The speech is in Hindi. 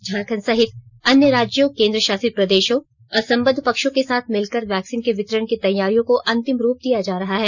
झारखण्ड सहित अन्य राज्यों केंद्रशासित प्रदेशों और संबद्ध पक्षों के साथ मिलकर वैक्सीन के वितरण की तैयारियों को अंतिम रूप दिया जा रहा है